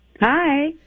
Hi